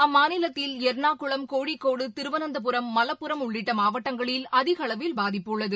அம்மாநிலத்தில் எர்ணாகுளம் கோழிக்கோடு திருவனந்தபுரம் மலப்புரம் உள்ளிட்ட மாவட்டங்களில் அதிகளவில் பாதிப்பு உள்ளது